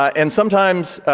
ah and sometimes,